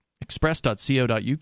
express.co.uk